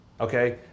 okay